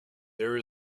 there